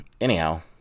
anyhow